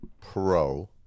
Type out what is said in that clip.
Pro